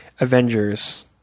Avengers